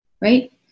right